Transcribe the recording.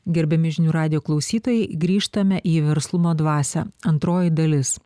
gerbiami žinių radijo klausytojai grįžtame į verslumo dvasią antroji dalis